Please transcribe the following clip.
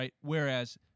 Whereas